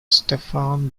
stefan